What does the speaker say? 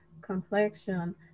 complexion